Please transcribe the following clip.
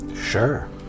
Sure